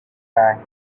back